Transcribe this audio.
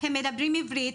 הם מדברים עברית,